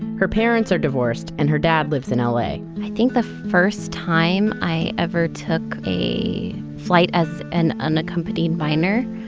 her parents are divorced and her dad lives in ah la i think the first time i ever took a flight as an unaccompanied minor,